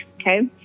Okay